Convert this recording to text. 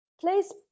place